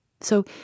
so